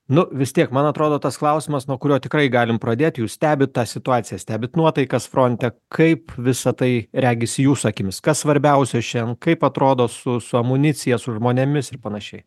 nu vis tiek man atrodo tas klausimas nuo kurio tikrai galim pradėt jūs stebit tą situaciją stebint nuotaikas fronte kaip visa tai regis jūsų akimis kas svarbiausia šiandien kaip atrodo su su amunicija su žmonėmis ir panašiai